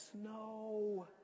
snow